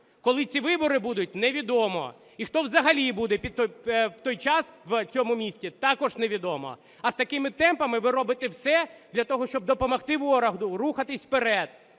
Коли ці вибори будуть, не відомо. І хто взагалі буде в той час в цьому місті, також не відомо. А з такими темпами ви робите все для того, щоб допомогти ворогу рухатись вперед.